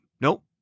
nope